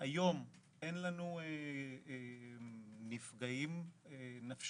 היום אין לנו נפגעים נפשיים.